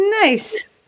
Nice